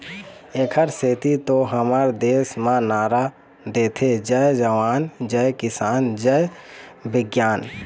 एखरे सेती तो हमर देस म नारा देथे जय जवान, जय किसान, जय बिग्यान